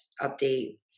update